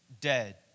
dead